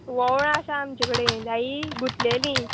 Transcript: वोंवळां आसा आमचे कडेन जायी गुंतलेली